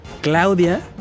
Claudia